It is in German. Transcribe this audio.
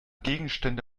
gegenstände